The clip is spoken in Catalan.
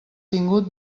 tingut